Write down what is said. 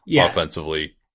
offensively